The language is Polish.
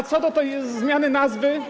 A co do tej zmiany nazwy.